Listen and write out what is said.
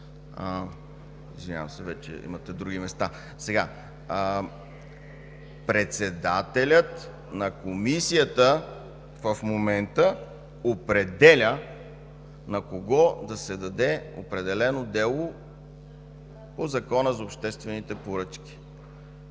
Извинявам се, вече имате други места... Председателят на Комисията в момента определя на кого да се даде определено дело по Закона за обществените поръчки.